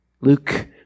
Luke